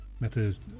methods